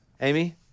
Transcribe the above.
Amy